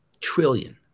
trillion